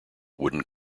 wooden